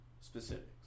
specifics